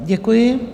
Děkuji.